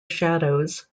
shadows